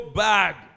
bad